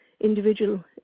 individual